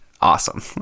awesome